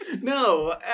No